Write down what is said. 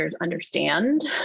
understand